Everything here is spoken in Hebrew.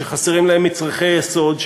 שחסרים להם מצרכי יסוד,